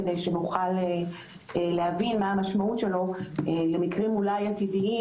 כדי שנוכל להבין מה המשמעות שלו במקרים עתידיים